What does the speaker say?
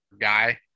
guy